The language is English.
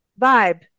vibe